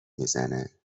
میزنه